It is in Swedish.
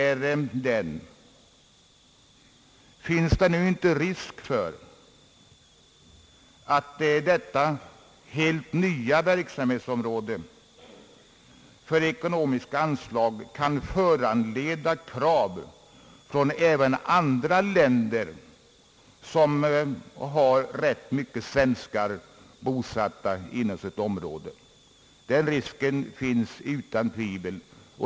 Är det nu inte risk för att detta helt nya verksamhetsområde för ekonomiska anslag kan föranleda krav även från andra länder som har rätt många svenskar bosatta inom sina gränser? Den risken finns utan tvivel.